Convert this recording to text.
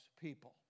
people